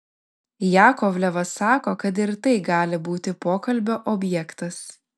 jakovlevas sako kad ir tai gali būti pokalbio objektas